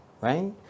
right